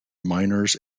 miners